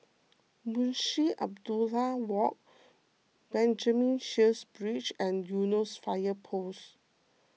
Munshi Abdullah Walk Benjamin Sheares Bridge and Eunos Fire Post